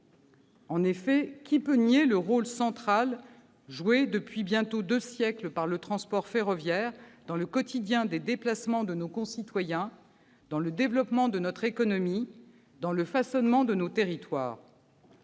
En effet, qui peut nier le rôle central que joue, depuis bientôt deux siècles, le transport ferroviaire dans les déplacements quotidiens de nos concitoyens, dans le développement de notre économie, dans le façonnement de nos territoires ?